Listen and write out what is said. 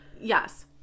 Yes